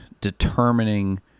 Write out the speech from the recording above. determining